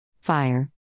Fire